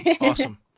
Awesome